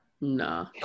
Nah